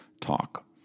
talk